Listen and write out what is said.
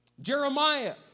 Jeremiah